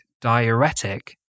diuretic